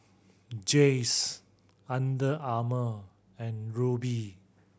Jays Under Armour and Rubi